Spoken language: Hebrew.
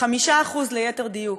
5% ליתר דיוק.